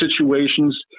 situations